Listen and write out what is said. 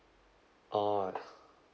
orh